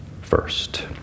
first